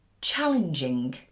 challenging